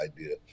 idea